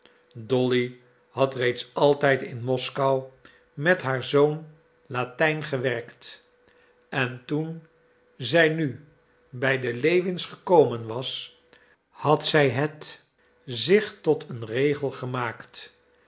dolly had reeds altijd in moskou met haar zoon latijn gewerkt en toen zij nu bij de lewins gekomen was had zij het zich tot een regel gemaakt